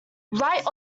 right